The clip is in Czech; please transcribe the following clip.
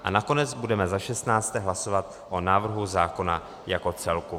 A nakonec budeme, za šestnácté, hlasovat o návrhu zákona jako celku.